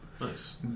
Nice